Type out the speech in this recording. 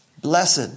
Blessed